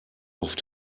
auf